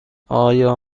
آیا